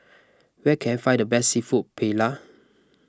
where can I find the best Seafood Paella